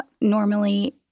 normally